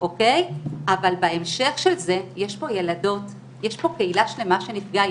אבל בהמשך של זה יש קהילה שלמה שנפגעה,